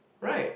right